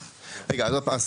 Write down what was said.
רגע, אז עוד פעם.